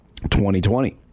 2020